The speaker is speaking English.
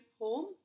home